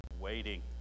Waiting